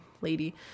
lady